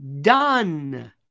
done